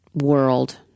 world